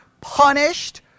punished